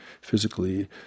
physically